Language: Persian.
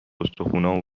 استخونامو